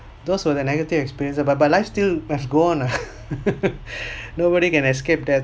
those were the negative experiences but but life still have go on ah nobody can escape death